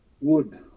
wood